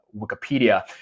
Wikipedia